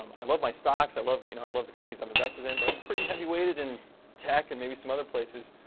um i love my stocks, i love you know i love the companies i'm invested in, but i'm pretty heavily weighted in tech and maybe some other places,